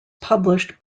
published